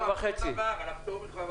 10:30 --- כן.